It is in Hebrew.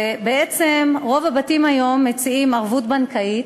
בעצם, רוב הבתים היום מציעים ערבות בנקאית,